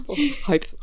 Hope